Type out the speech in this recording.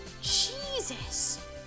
Jesus